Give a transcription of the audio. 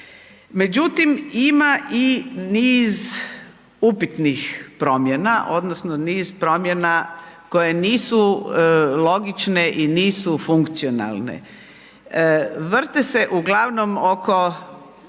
Međutim, ima i niz upitnih promjena odnosno niz promjena koje nisu logične i nisu funkcionalne. Vrte se uglavnom oko